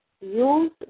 use